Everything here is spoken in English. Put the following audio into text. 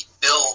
Bill